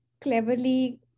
cleverly